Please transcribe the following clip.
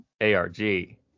ARG